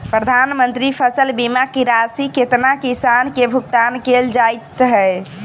प्रधानमंत्री फसल बीमा की राशि केतना किसान केँ भुगतान केल जाइत है?